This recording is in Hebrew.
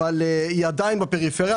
אבל היא עדיין בפריפריה.